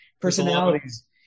personalities